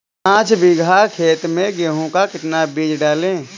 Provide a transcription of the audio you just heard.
पाँच बीघा खेत में गेहूँ का कितना बीज डालें?